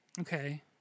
Okay